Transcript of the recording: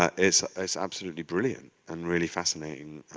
ah it's it's absolutely brilliant and really fascinating.